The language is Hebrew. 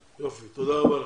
יופי, תודה רבה לך.